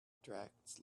attracts